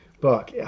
book